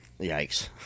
Yikes